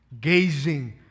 gazing